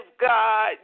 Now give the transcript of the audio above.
God